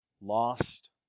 Lost